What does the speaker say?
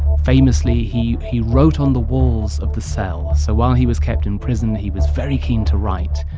famously, he he wrote on the walls of the cell. so while he was kept in prison, he was very keen to write.